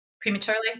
prematurely